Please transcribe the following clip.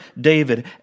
David